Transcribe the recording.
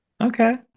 okay